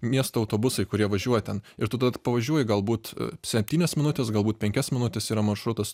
miesto autobusai kurie važiuoja ten ir tu tada pavažiuoji galbūt septynias minutes galbūt penkias minutes yra maršrutas